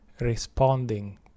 responding